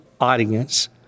audience